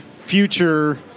future